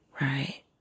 right